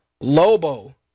lobo